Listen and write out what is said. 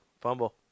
fumble